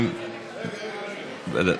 רגע,